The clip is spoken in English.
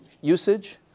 usage